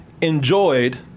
enjoyed